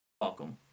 Welcome